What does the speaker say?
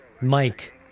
mike